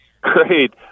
Great